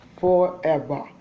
forever